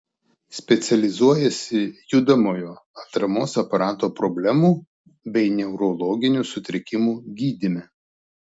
specializuojasi judamojo atramos aparato problemų bei neurologinių sutrikimų gydyme